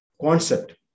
concept